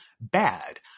bad